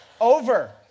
Over